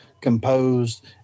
Composed